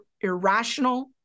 irrational